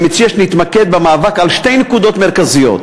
אני מציע שנתמקד במאבק על שתי נקודות מרכזיות: